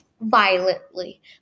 violently